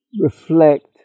reflect